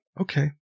Okay